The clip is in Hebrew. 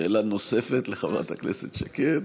שאלה נוספת לחברת הכנסת שקד.